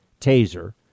taser